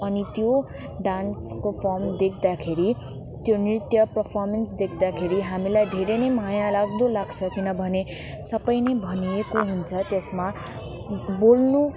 अनि त्यो डान्सको फम देख्दाखेरि त्यो नृत्य पर्फमेन्स देख्दाखेरि हामीलाई धेरै नै माया लाग्दो लाग्छ किनभने सबै नै भनिएको हुन्छ त्यसमा बोल्नु